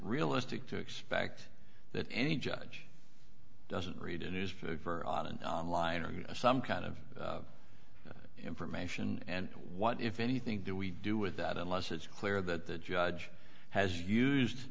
realistic to expect that any judge doesn't read a news line or some kind of information and what if anything do we do with that unless it's clear that the judge has used